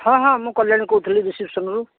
ହଁ ହଁ ମୁଁ କଲ୍ୟାଣୀ କହୁଥିଲି ରିସେପସନ୍ରୁ